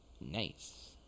nice